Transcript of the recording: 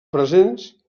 presents